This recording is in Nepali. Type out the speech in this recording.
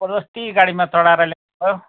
जबरजस्ती गाडीमा चढाएर ल्याएको